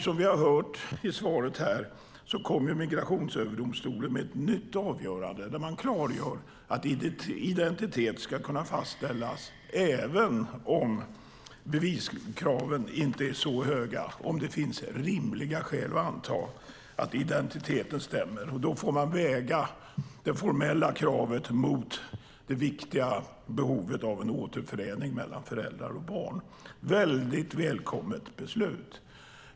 Som vi hörde i svaret här kom Migrationsöverdomstolen med ett nytt avgörande där man klargör att identitet ska kunna fastställas även om beviskraven inte är så höga om det finns rimliga skäl att anta att identiteten stämmer. Då får man väga det formella kravet mot det viktiga behovet av en återförening mellan föräldrar och barn. Det är ett välkommet beslut.